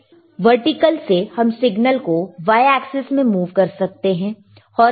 vertical से हम signal कोy एक्सेस में मुंव कर सकते हैं